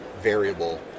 variable